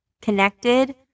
connected